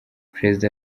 perezida